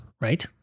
Right